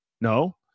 No